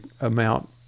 amount